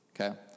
okay